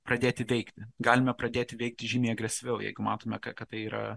pradėti veikti galime pradėti veikti žymiai agresyviau jeigu matome ka kad tai yra